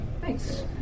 thanks